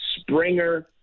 Springer